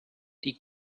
die